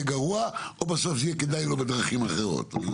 גרוע או שזה בסוף יהיה כדאי לו בדרכים אחרות.